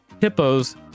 hippos